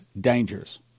dangers